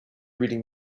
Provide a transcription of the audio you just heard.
reading